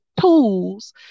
tools